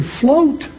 float